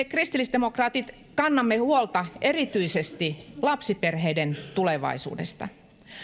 kristillisdemokraatit kannamme huolta erityisesti lapsiperheiden tulevaisuudesta